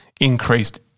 increased